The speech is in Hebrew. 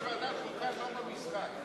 יושב-ראש ועדת חוקה לא במשחק.